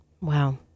Wow